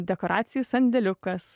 dekoracijų sandėliukas